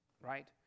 right